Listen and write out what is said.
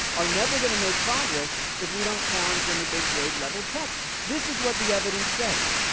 are never going to make progre ss if we don't challenge them with those grade level texts. this is what the evidence says,